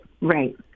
right